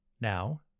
Now